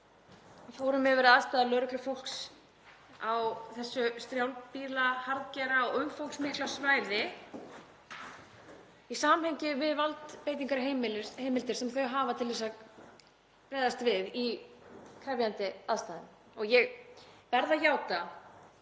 Við fórum yfir aðstæður lögreglufólks á þessu strjálbýla, harðgera og umfangsmikla svæði í samhengi við valdbeitingarheimildir sem það hefur til að bregðast við í krefjandi aðstæðum. Ég verð að játa